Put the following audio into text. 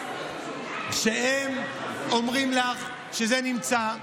שהם אומרים לך שזה נמצא.